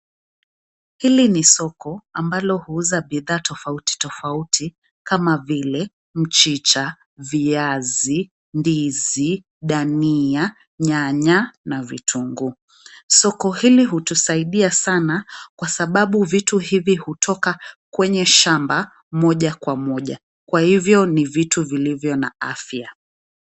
Hili ni soko, ambalo huuza bidhaa tofauti tofauti, kama vile : mchicha, viazi, ndizi, dhania, nyanya na vitunguu. Soko hili hutusaidia sana, kwa sababu vitu hivi hutoka kwenye shamba moja kwa moja. Kwa hivyo ni vitu vilivyo na afya.